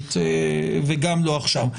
העברית וגם לא עכשיו.